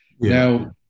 Now